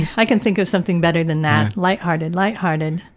i can think of something better than that. lighthearted, lighthearted.